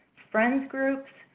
friends groups,